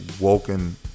woken